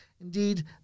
Indeed